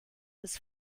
was